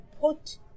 put